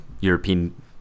European